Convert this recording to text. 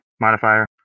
modifier